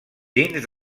dins